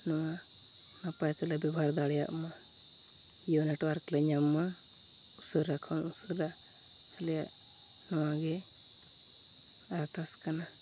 ᱱᱚᱣᱟ ᱱᱟᱯᱟᱭᱛᱮᱞᱮ ᱵᱮᱣᱦᱟᱨ ᱫᱟᱲᱮᱭᱟᱜ ᱢᱟ ᱡᱤᱭᱳ ᱱᱮᱴᱚᱣᱟᱨᱠᱞᱮ ᱧᱟᱢ ᱢᱟ ᱩᱥᱟᱹᱨᱟ ᱠᱷᱚᱱ ᱩᱥᱟᱹᱨᱟ ᱟᱞᱮᱭᱟᱜ ᱱᱚᱣᱟᱜᱮ ᱟᱨᱫᱟᱥ ᱠᱟᱱᱟ